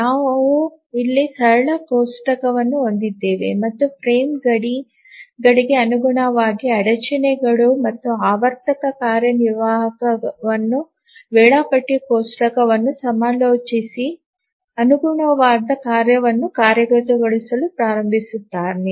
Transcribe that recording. ನಾವು ಇಲ್ಲಿ ಸರಳ ಕೋಷ್ಟಕವನ್ನು ಹೊಂದಿದ್ದೇವೆ ಮತ್ತು ಫ್ರೇಮ್ ಗಡಿಗಳಿಗೆ ಅನುಗುಣವಾದ ಅಡಚಣೆಗಳು ಮತ್ತು ಆವರ್ತಕ ಕಾರ್ಯನಿರ್ವಾಹಕನು ವೇಳಾಪಟ್ಟಿ ಕೋಷ್ಟಕವನ್ನು ಸಮಾಲೋಚಿಸಿ ಅನುಗುಣವಾದ ಕಾರ್ಯವನ್ನು ಕಾರ್ಯಗತಗೊಳಿಸಲು ಪ್ರಾರಂಭಿಸುತ್ತಾನೆ